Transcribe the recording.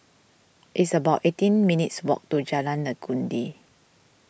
it's about eighteen minutes' walk to Jalan Legundi